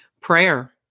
prayer